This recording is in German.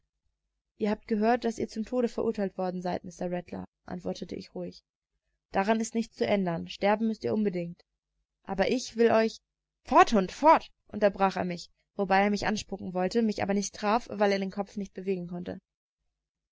ihr habt gehört daß ihr zum tode verurteilt worden seid mr rattler antwortete ich ruhig daran ist nichts zu ändern sterben müßt ihr unbedingt aber ich will euch fort hund fort unterbrach er mich wobei er mich anspucken wollte mich aber nicht traf weil er den kopf nicht bewegen konnte